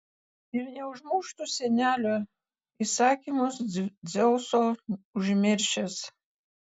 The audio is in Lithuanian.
ir neužmuštų senelio įsakymus dzeuso užmiršęs